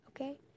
okay